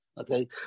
okay